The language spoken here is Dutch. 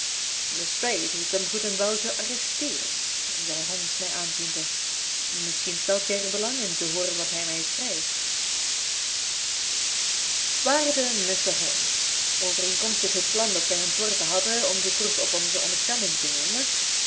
lestrade heeft hem goed en wel gearresteerd zeide holmes mij aanziende misschien stelt gij er belang in te hooren wat hij mij schrijft illustratie en strekte zijn handen uit voor de boeien waarde mr holmes overeenkomstig het plan dat wij ontworpen hadden om de proef op onze onderstellingen te nemen dat